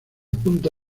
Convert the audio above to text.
punta